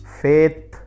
faith